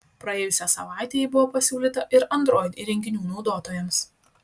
praėjusią savaitę ji buvo pasiūlyta ir android įrenginių naudotojams